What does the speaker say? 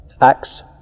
Acts